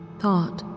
thought